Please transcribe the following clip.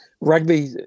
rugby